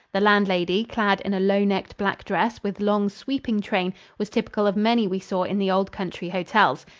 the landlady, clad in a low-necked black dress with long sweeping train, was typical of many we saw in the old-country hotels.